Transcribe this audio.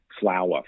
Flour